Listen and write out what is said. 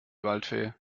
waldfee